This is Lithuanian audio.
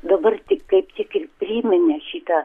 dabar tik kaip tik ir priminė šitą